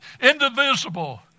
indivisible